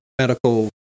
medical